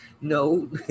No